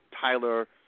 Tyler